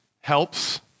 helps